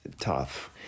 tough